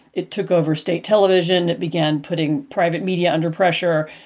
it took over state television, began putting private media under pressure.